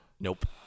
Nope